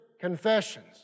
confessions